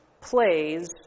plays